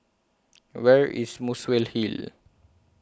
Where IS Muswell Hill